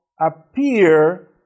appear